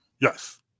Yes